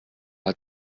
hat